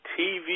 TV